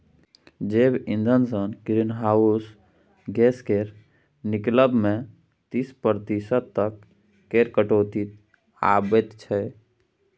जैब इंधनसँ greenhouse gas केर निकलब मे तीस प्रतिशत तक केर कटौती आबय छै